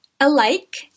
alike